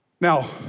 Now